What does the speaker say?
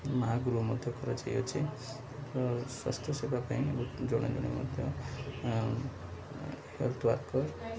ମାଆ ଗୃହ ମଧ୍ୟ କରାଯାଇଅଛି ତ ସ୍ୱାସ୍ଥ୍ୟ ସେବା ପାଇଁ ବହୁ ଜଣ ଜଣ ମଧ୍ୟ ହେଲ୍ଥ ୱାର୍କର